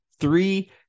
three